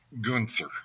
Gunther